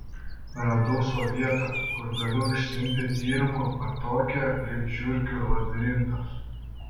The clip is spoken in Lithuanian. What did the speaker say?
radau sau vietą kur galiu užsiimti tyrimu atokią lyg žiurkių labirintas